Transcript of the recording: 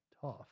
tough